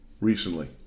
recently